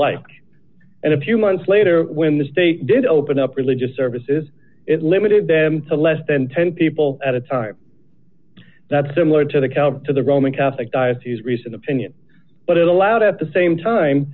like and a few months later when the state did open up religious services it limited them to less than ten people at a time that's similar to the cal to the roman catholic diocese recent opinion but it allowed at the same time